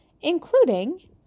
including